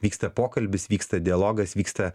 vyksta pokalbis vyksta dialogas vyksta